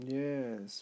yes